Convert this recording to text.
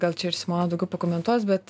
gal čia ir simona daugiau pakomentuos bet